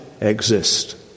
exist